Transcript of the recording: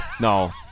No